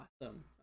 awesome